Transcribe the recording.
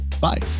Bye